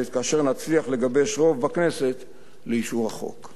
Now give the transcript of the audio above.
כאשר נצליח לגבש רוב בכנסת לאישור החוק.